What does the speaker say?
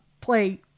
play